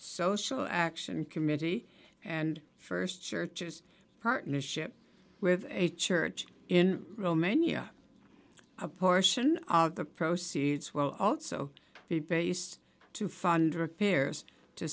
social action committee and first churches partnership with a church in romania a portion of the proceeds will also be based to fund repairs to